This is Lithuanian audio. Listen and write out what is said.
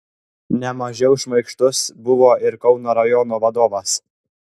ne mažiau šmaikštus buvo ir kauno rajono vadovas